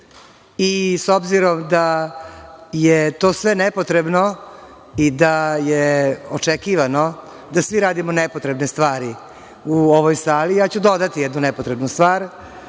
obzirom da je to sve nepotrebno i da je očekivano da svi radimo nepotrebne stvari u ovoj sali, ja ću dodati jednu nepotrebnu stvar.